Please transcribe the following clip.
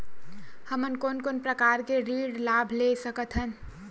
हमन कोन कोन प्रकार के ऋण लाभ ले सकत हन?